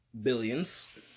billions